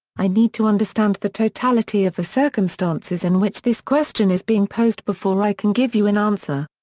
i need to understand the totality of the circumstances in which this question is being posed before i can give you an answer.